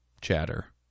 chatter